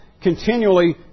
continually